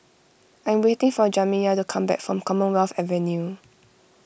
I am waiting for Jamiya to come back from Commonwealth Avenue